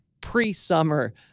pre-summer